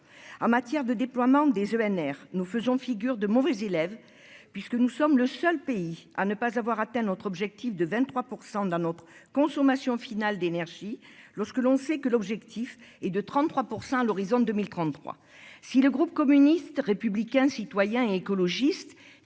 en matière de déploiement des ENR nous faisons figure de mauvais élève puisque nous sommes le seul pays à ne pas avoir atteint notre objectif de 23 % dans notre consommation finale d'énergie lorsque l'on sait que l'objectif est de 33 % à l'horizon 2033 si le groupe communiste, républicain, citoyen et écologiste